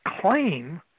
claim